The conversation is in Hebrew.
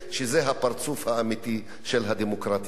שזה הפרצוף האמיתי של הדמוקרטיה הישראלית.